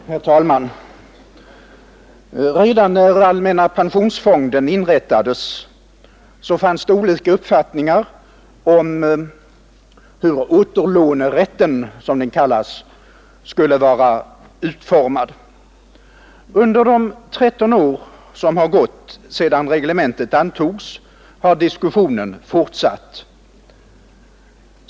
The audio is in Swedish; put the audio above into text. Herr talman! Redan när allmänna pensionsfonden inrättades fanns olika uppfattningar om hur återlånerätten, som den kallas, skulle vara utformad. Under de 13 år som har gått sedan reglementet antogs har diskussionen fortsatt.